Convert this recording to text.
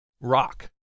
rock